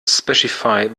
specify